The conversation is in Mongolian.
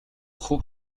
хувь